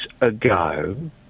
ago